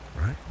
Right